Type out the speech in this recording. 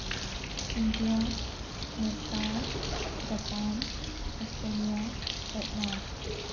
India Nepal Japan Australia Vietnam